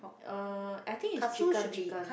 uh I think it's chicken chicken